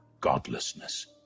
Godlessness